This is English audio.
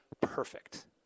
perfect